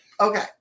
Okay